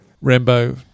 Rambo